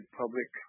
public